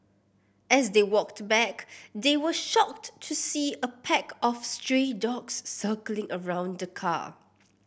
as they walked back they were shocked to see a pack of stray dogs circling around the car